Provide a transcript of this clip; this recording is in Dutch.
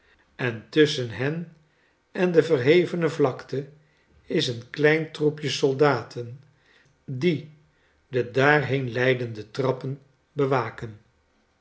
en tusschen hen en de verhevene vlakte is een klein troepje soldaten die de daarheen leidende trappen bewaken